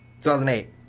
2008